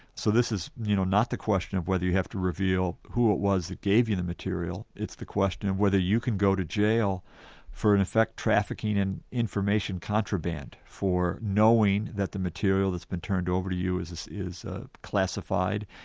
so this is you know not the question of whether you have to reveal who it was that gave you the material, it's the question of whether you can go to jail for in effect trafficking in information contraband, for knowing that the material that's been turned over to you is is ah classified,